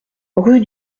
rue